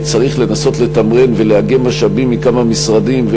צריך לנסות לתמרן ולאגם משאבים מכמה משרדים,